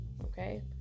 Okay